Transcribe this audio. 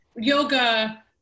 yoga